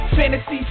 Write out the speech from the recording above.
Fantasy